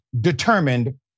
determined